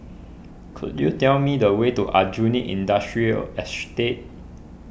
could you tell me the way to Aljunied Industrial Estate